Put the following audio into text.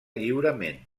lliurement